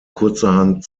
kurzerhand